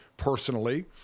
personally